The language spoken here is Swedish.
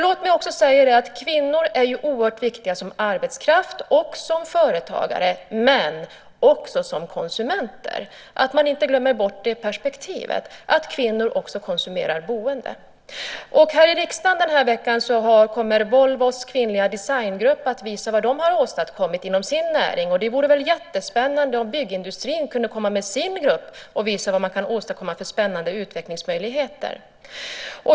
Låt mig också säga att kvinnor är oerhört viktiga som arbetskraft och som företagare men också som konsumenter. Man får inte glömma bort perspektivet att kvinnor också konsumerar boende. Här i riksdagen den här veckan kommer Volvos kvinnliga designgrupp att visa vad de har åstadkommit inom sin näring. Det vore väl jättespännande om byggindustrin kunde komma med sin grupp och visa vad de kan åstadkomma för spännande utvecklingsmöjligheter.